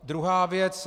Druhá věc.